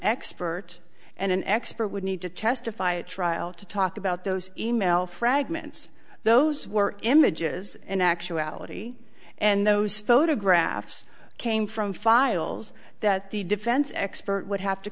expert and an expert would need to testify a trial to talk about those email fragments those were images in actuality and those photographs came from files that the defense expert would have to